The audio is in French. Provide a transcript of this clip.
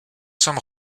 sommes